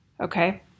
Okay